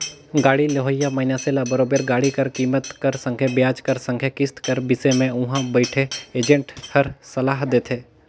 गाड़ी लेहोइया मइनसे ल बरोबेर गाड़ी कर कीमेत कर संघे बियाज कर संघे किस्त कर बिसे में उहां बइथे एजेंट हर सलाव देथे